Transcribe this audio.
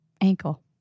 ankle